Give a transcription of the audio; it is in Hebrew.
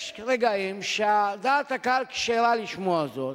יש רגעים שדעת הקהל כשרה לשמוע זאת